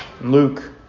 Luke